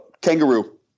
kangaroo